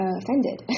offended